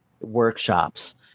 workshops